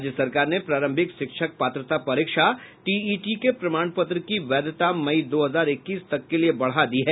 राज्य सरकार ने प्रारंभिक शिक्षक पात्रता परीक्षा टीईटी के प्रमाण पत्र की वैधता मई दो हजार इक्कीस तक के लिए बढ़ा दी है